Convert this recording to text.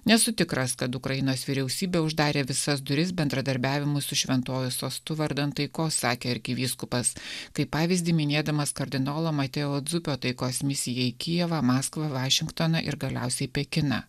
nesu tikras kad ukrainos vyriausybė uždarė visas duris bendradarbiavimui su šventuoju sostu vardan taikos sakė arkivyskupas kaip pavyzdį minėdamas kardinolo mateo dzupio taikos misiją į kijevą maskvą vašingtoną ir galiausiai pekiną